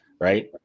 right